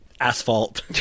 asphalt